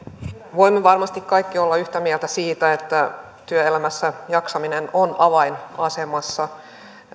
voimme varmasti kaikki olla yhtä mieltä siitä että työelämässä jaksaminen on avainasemassa